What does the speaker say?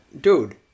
Dude